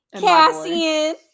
Cassian